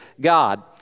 God